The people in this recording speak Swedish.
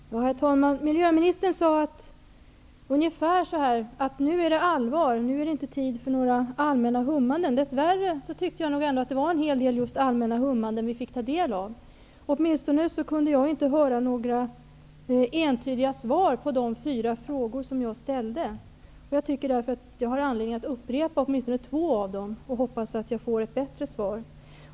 Herr talman! Miljöministern sade ungefär så här: Nu är det allvar, nu är det inte tid för några allmänna hummanden. Dess värre tyckte jag att det ändå var en hel del allmänna hummanden som vi fick ta del av. Åtminstone kunde jag inte uppfatta några entydiga svar på de fyra frågor som jag ställde. Jag tycker därför att jag har anledning att upprepa åtminstone två av dessa frågor, och jag hoppas att jag då får ett bättre svar.